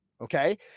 okay